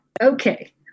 Okay